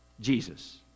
Jesus